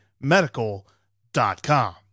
medical.com